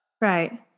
Right